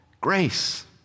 Grace